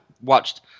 watched